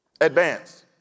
Advance